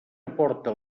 aporta